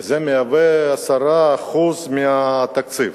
וזה 10% מהתקציב.